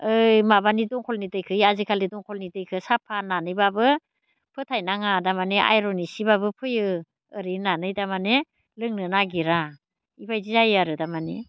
ओइ माबानि दंखलनि दैखौ आजिखालि दंखलनि दैखो साफा होननानैबाबो फोथायनो नाङा तारमाने आयरन इसेबाबो फैयो ओरै होननानै तारमाने लोंनो नागिरा बेबायदि जायो आरो थारमाने